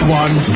one